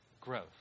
growth